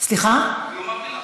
אני אומר מילה,